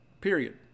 Period